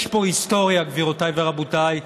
יש פה היסטוריה, גבירותיי ורבותיי.